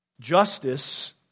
justice